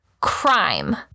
crime